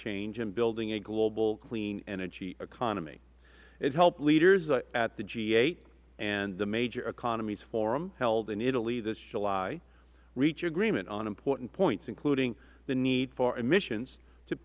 change and building a global clean energy economy it helped leaders at the g and the major economies forum held in italy this july reach agreement on important points including the need for emissions to